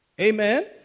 Amen